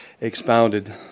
expounded